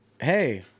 hey